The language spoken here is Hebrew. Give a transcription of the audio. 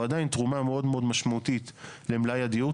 עדיין תרומה מאוד מאוד משמעותית למלאי הדיור.